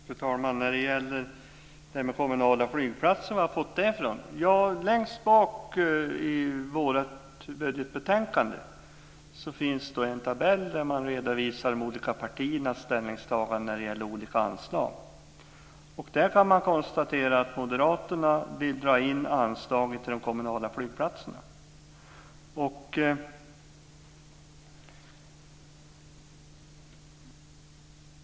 Fru talman! Varifrån har jag fått detta med kommunala flygplatser? Ja, längst bak i vårt budgetbetänkande finns det en tabell där de olika partiernas ställningstaganden redovisas när det gäller olika anslag. Utifrån det kan man konstatera att moderaterna vill dra in anslaget till de kommunala flygplatserna.